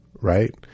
Right